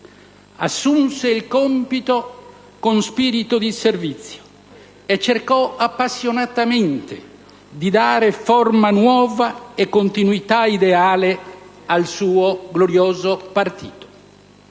Assunse il compito con spirito di servizio e cercò appassionatamente di dare forma nuova e continuità ideale al suo glorioso partito.